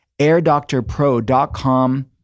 Airdoctorpro.com